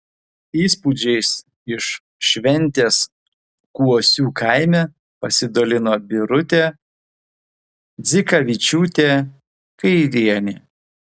įspūdžiais iš šventės kuosių kaime pasidalino birutė dzikavičiūtė kairienė